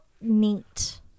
neat